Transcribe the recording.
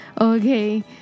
Okay